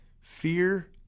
Fear